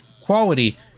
quality